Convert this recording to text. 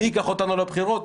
מי ייקח אותנו לבחירות?